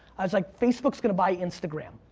i was like, facebook's going to buy instagram,